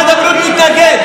עכשיו משרד הבריאות מתנגד.